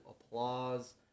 applause